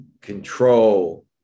control